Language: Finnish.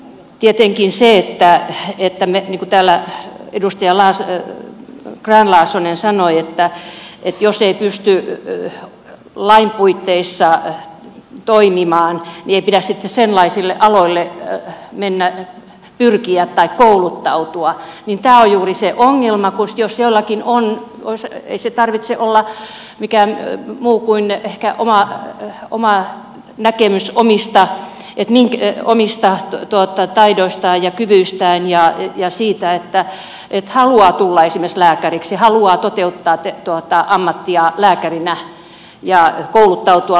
tietenkin niin kuin täällä edustaja grahn laasonen sanoi että jos ei pysty lain puitteissa toimimaan niin ei pidä sitten sellaisille aloille mennä pyrkiä tai kouluttautua niin tämä on juuri se ongelma jos jollakin on ei sen tarvitse olla mikään muu kuin ehkä oma näkemys omista et niin kitee valmistaa tuotetta taidoistaan ja kyvyistään ja siitä että haluaa tulla esimerkiksi lääkäriksi ja haluaa toteuttaa ammattia lääkärinä ja kouluttautua lääkäriksi